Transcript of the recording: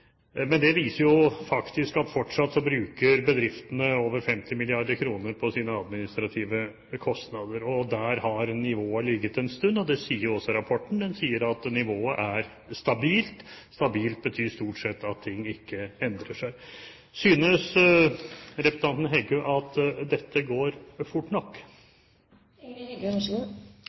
Men det viser jo faktisk at fortsatt bruker bedriftene over 50 mrd. kr på sine administrative kostnader. Der har nivået ligget en stund, og det sier jo også rapporten. Den sier at nivået er stabilt. Stabilt betyr stort sett at ting ikke endrer seg. Synes representanten Heggø at dette går fort